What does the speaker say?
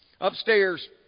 upstairs